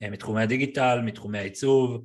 מתחומי הדיגיטל, מתחומי העיצוב